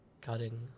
cutting